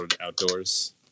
outdoors